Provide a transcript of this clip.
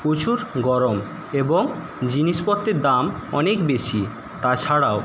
প্রচুর গরম এবং জিনিসপত্রের দাম অনেক বেশি তাছাড়াও